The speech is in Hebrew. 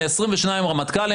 22 רמטכ"לים,